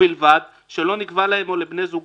ובלבד שלא נקבעה להם או לבני זוגם,